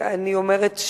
אני אומרת,